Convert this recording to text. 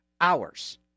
hours